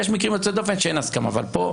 יש מקרים יוצאי דופן שאין בהם הסכמה, אבל פה,